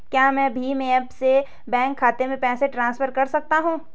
क्या मैं भीम ऐप से बैंक खाते में पैसे ट्रांसफर कर सकता हूँ?